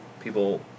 people